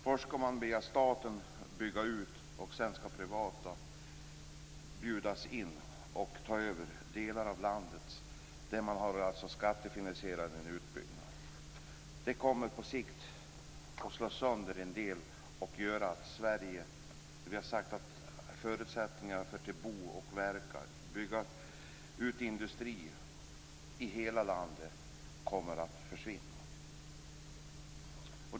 Att först via staten bygga ut och sedan bjuda in privata att ta över de delar av landet, där man har gjort en skattefinansierad utbyggnad, kommer på sikt att göra att förutsättningarna att bo och verka samt bygga ut industri i hela landet försvinner.